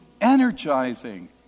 energizing